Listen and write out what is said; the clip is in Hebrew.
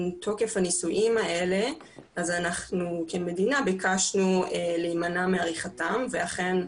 תוקף הנישואים האלה אז אנחנו כמדינה ביקשנו להימנע מעריכתם ואכן,